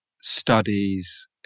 studies